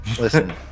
listen